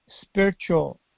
spiritual